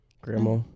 Grandma